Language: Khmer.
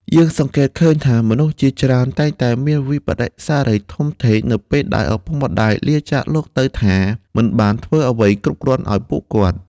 យើងសង្កេតឃើញថា មនុស្សជាច្រើនតែងតែមានវិប្បដិសារីធំធេងនៅពេលដែលឪពុកម្តាយលាចាកលោកទៅថា មិនបានធ្វើអ្វីគ្រប់គ្រាន់ឲ្យពួកគាត់។